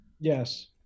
Yes